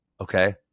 okay